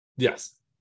Yes